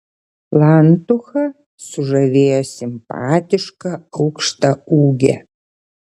lantuchą sužavėjo simpatiška aukštaūgė